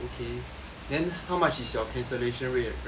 then how much is your cancellation rate right now